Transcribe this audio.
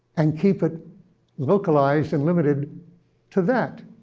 and keep it localized and limited to that?